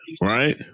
right